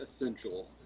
essential